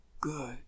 good